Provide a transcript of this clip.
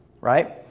right